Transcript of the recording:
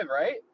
right